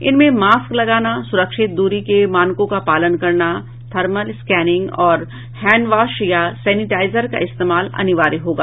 इनमें मास्क लगाना सुरक्षित दूरी के मानकों का पालन करना थर्मल स्कैनिंग और हैंडवॉश या सैनिटाइजर का इस्तेमाल अनिवार्य होगा